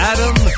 Adam